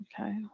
Okay